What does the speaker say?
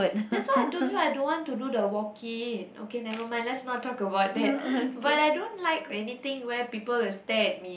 that's why I told you I don't want to do the walk in okay never mind let's not talk about that but I don't like or anything where people will stare at me